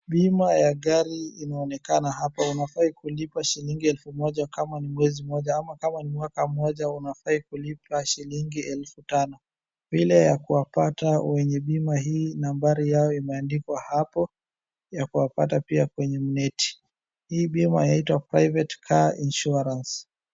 Bima ya gari inaonekana hapa unafai kulipa shilingi elfu moja kana ni mwezi mmoja ama kama ni mwaka mmoja unafai kulipa shilingi elfu tano. Vile ya kuwapata wenye bima hii nambari yao imeandikwa hapo ya kuwapata pia kwenye mneti. Hii bima inaitwa Private Car Insuarance.